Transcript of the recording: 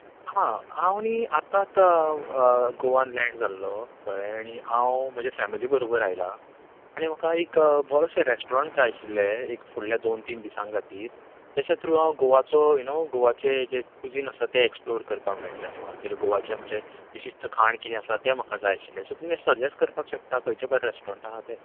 हय हांव न्हय आतांच गोवान लैन्ड जाल्लो कळ्ळें आनी हांव म्हज्या फॅमली बरोबर आयला आनी म्हाका एक बरोसो रेस्ट्रॉन्ट जाय आशिल्लो एक फुडल्या दोन तीन दिसां खातीर ताच्या त्रु हांव गोवाचें यु नो गोवाचें आमचें जे क्वुजीन आसा तें एक्स्प्लोर करपाक मेळटलें आसलें म्हाका आमचें विशिश्ट खाण कितें आसा तें म्हाका जाय आशिल्लें तुमी म्हाका सजेस्ट करपाक शकता खंयचें बरें रेस्ट्रॉन्ट आसा तें